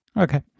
Okay